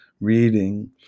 reading